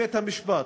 ובית-המשפט,